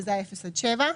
שזה האפס עד שבעה